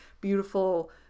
beautiful